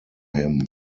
him